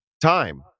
Time